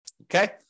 okay